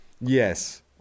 yes